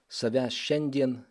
savęs šiandien